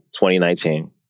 2019